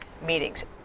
meetings